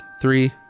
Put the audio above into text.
Three